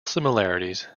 similarities